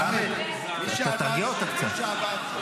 חמד, תרגיע אותה קצת.